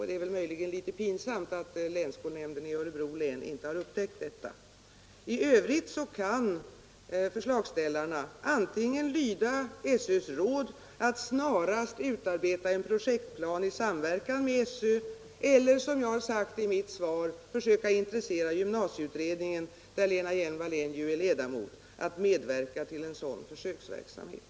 Det är möjligen litet pinsamt att länsskolnämnden j Örebro län inte har upptäckt detta. I övrigt kan förslagsställarna antingen lyda SÖ:s råd att snarast utarbeta en projektplan i samverkan med SÖ eller, som jag har sagt i mitt svar, försöka intressera gymnasicutredningen, i vilken Lena Hjelm-Wallén ju är ledamot, att medverka till en sådan försöksverksamhet.